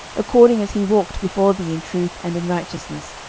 according as he walked before thee in truth, and in righteousness,